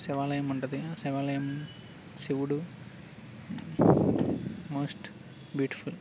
శివాలయం ఉంటుంది ఆ శివాలయం శివుడు మోస్ట్ బ్యూటిఫుల్